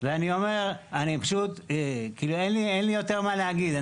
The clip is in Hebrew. ואני אומר אין לי יותר מה להגיד,